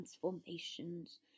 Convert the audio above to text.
transformations